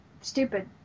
stupid